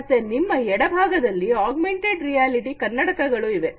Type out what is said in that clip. ಮತ್ತೆ ನಿಮ್ಮ ಎಡ ಭಾಗದಲ್ಲಿ ಆಗ್ಮೆಂಟೆಡ್ ರಿಯಾಲಿಟಿ ಕನ್ನಡಕಗಳು ಇವೆ